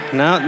no